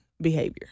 behavior